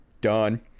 Done